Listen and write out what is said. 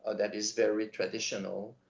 that is very traditional,